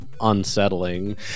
unsettling